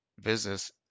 business